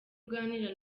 uganira